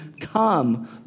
Come